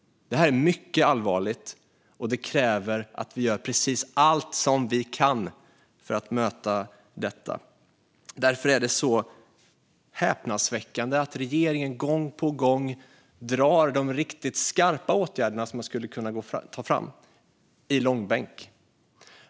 Det här är mycket allvarligt, och det kräver att vi gör precis allt som vi kan för att möta detta. Därför är det så häpnadsväckande att regeringen gång på gång drar de riktigt skarpa åtgärder som man skulle kunna ta fram i långbänk.